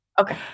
Okay